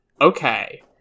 okay